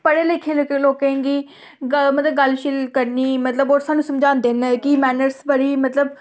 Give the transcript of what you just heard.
पढ़े लिखे दे लोकें गी मतलब गल्ल शल्ल करनी मतलब होर सानूं समझांदे न कि मैनर्स बड़ी मतलब